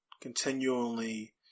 continually